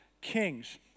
kings